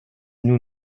nous